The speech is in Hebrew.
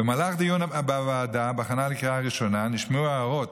במהלך הדיון בוועדה בהכנה לקריאה הראשונה נשמעו הערות